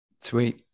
Sweet